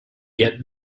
get